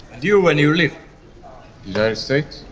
do and you leave? the united states?